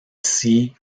sea